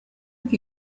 have